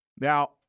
Now